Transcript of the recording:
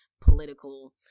political